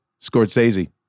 Scorsese